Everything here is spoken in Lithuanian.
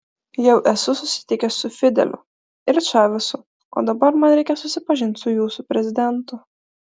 jau esu susitikęs su fideliu ir čavesu o dabar man reikia susipažinti su jūsų prezidentu